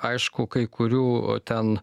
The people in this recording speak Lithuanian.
aišku kai kurių ten